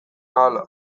ahala